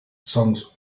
songs